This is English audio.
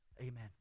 Amen